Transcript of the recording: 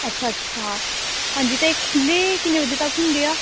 ਅੱਛਾ ਅੱਛਾ ਹਾਂਜੀ ਅਤੇ ਖੁੱਲ੍ਹੇ ਕਿੰਨੇ ਵਜੇ ਤੱਕ ਹੁੰਦੇ ਆ